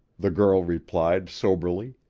the girl replied soberly.